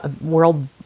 world